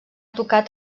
tocat